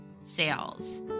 sales